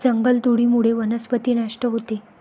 जंगलतोडीमुळे वनस्पती नष्ट होते